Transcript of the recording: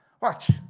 Watch